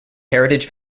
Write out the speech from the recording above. heritage